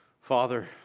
Father